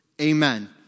Amen